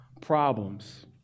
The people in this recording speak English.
problems